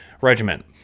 Regiment